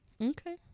okay